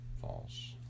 False